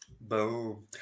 Boom